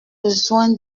besoin